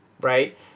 right